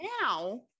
now